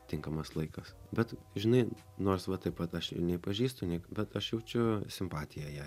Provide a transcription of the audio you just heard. tinkamas laikas bet žinai nors va taip pat aš nei pažįstu nei bet aš jaučiu simpatiją jai